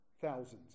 thousands